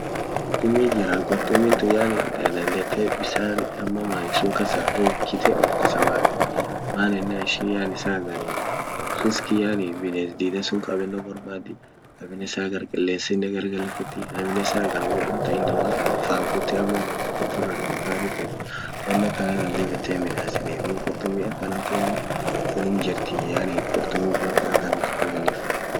Qurtumit jiraa qurtumin tuun yani taa dandette bisan ama many sun kaasa rukitte ool kaasa baate man yenan ishin yani saa hagari riski yani bines diida sun qabenno borbaddi. aminen saa hagar qilesinen gar gal fetti aminen saa hagar wo amtan innama faan kutte amma innamafa ufira dorgatia feet won akkana tan dib yette hin midasitii duub qurtumi akkana tunen onum jirtii yani qurtumi gugurda ak whale faa.